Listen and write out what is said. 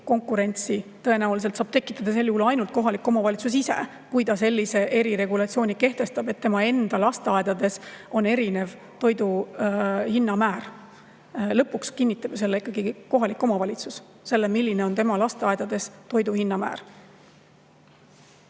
konkurentsi tõenäoliselt saab tekitada sel juhul ainult kohalik omavalitsus ise, kui ta sellise eriregulatsiooni kehtestab, et tema enda lasteaedades on erinev toidu hinna määr. Lõpuks kinnitab ju ikkagi kohalik omavalitsus selle, milline on tema lasteaedades toidu hinna määr.